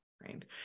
right